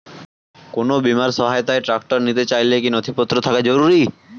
কোন বিমার সহায়তায় ট্রাক্টর নিতে চাইলে কী কী নথিপত্র থাকা জরুরি?